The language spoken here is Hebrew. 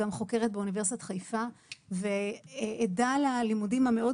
גם חוקרת באוניברסיטת חיפה ועדה ללימודים המאוד